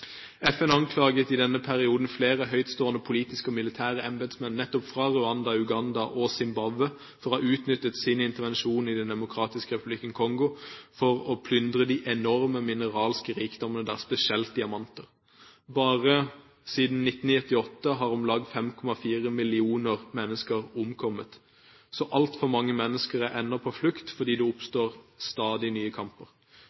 FN anklaget i denne perioden flere høytstående politiske og militære embetsmenn nettopp fra Rwanda, Uganda og Zimbabwe for å ha utnyttet sin intervensjon i Den demokratiske republikken Kongo til å plyndre de enorme mineralske rikdommer der, spesielt diamanter. Bare siden 1998 har om lag 5,4 millioner mennesker omkommet. Så altfor mange mennesker er ennå på flukt fordi det